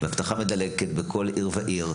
ואבטחה מדלגת בכל עיר ועיר,